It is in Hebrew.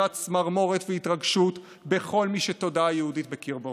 צמרמורת והתרגשות בכל מי שתודעה יהודית בקרבו.